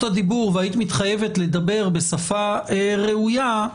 הדיבור והיית מתחייבת לדבר בשפה ראויה,